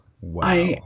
Wow